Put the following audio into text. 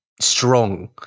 strong